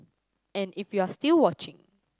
and if you're still watching